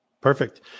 perfect